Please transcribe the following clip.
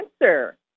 answer